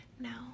Now